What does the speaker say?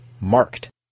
Marked